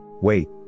Wait